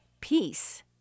peace